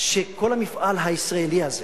שכל המפעל הישראלי הזה